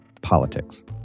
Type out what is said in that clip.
politics